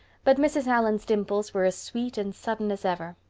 but mrs. allan's dimples were as sweet and sudden as ever,